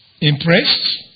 impressed